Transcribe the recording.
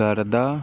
ਕਰਦਾ